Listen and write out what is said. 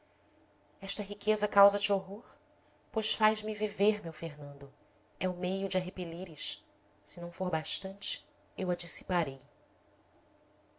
esta riqueza causa te horror pois faz-me viver meu fernando é o meio de a repelires se não for bastante eu